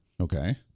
Okay